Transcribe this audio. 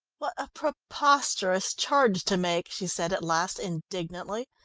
what a preposterous charge to make! she said at last indignantly.